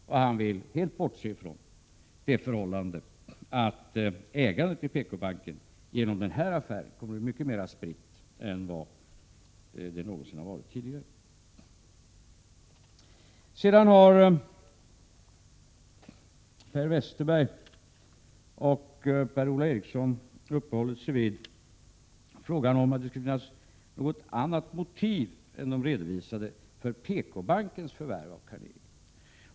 Vad Per-Ola Eriksson helt vill bortse från är att ägandet i PKbanken genom denna affär kommer att bli mycket mer spritt än vad det någonsin har varit tidigare. Per Westerberg och Per-Ola Eriksson har uppehållit sig vid frågan om att det skulle finnas något annat motiv än de redovisade för PKbankens förvärv av Carnegie.